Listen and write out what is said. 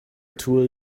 tool